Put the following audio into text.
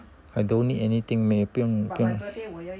I don't need anything may 不用不用